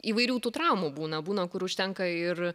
įvairių tų traumų būna būna kur užtenka ir